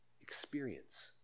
Experience